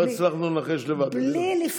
לא הצלחנו לנחש לבד, תדעי לך.